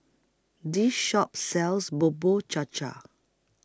This Shop sells Bubur Cha Cha